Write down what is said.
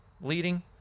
leading